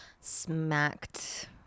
Smacked